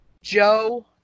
Joe